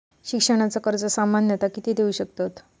शिक्षणाचा कर्ज सामन्यता किती देऊ शकतत?